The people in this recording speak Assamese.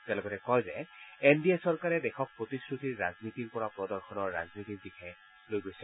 তেওঁ লগতে কয় যে এনডিএ চৰকাৰে দেশক প্ৰতিশ্ৰুতিৰ ৰাজনীতিৰপৰা প্ৰদৰ্শনৰ ৰাজনীতিৰ দিশে লৈ গৈছে